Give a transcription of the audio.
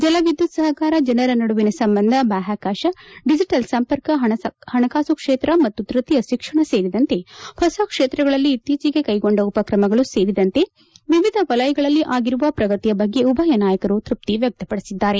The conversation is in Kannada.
ಜಲವಿದ್ನುತ್ ಸಹಕಾರ ಜನರ ನಡುವಿನ ಸಂಬಂಧ ಬಾಹ್ನಾಕಾಶ ಡಿಜಟಲ್ ಸಂಪರ್ಕ ಪಣಕಾಸು ಕ್ಷೇತ್ರ ಮತ್ತು ತ್ಸತೀಯ ಶಿಕ್ಷಣ ಸೇರಿದಂತೆ ಹೊಸ ಕ್ಷೇತ್ರಗಳಲ್ಲಿ ಇತ್ತೀಚೆಗೆ ಕೈಗೊಂಡ ಉಪ್ರಮಗಳು ಸೇರಿದಂತೆ ವಿವಿಧ ವಲಯಗಳಲ್ಲಿ ಆಗಿರುವ ಪ್ರಗತಿ ಬಗ್ಗೆ ಉಭಯ ನಾಯಕರು ತ್ಯಪ್ತಿವ್ಯಕ್ತಪಡಿಸಿದ್ದಾರೆ